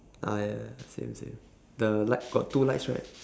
ah ya ya same same the light got two lights right